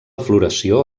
floració